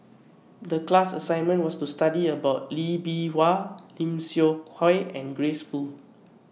The class assignment was to study about Lee Bee Wah Lim Seok Hui and Grace Fu